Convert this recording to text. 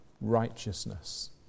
righteousness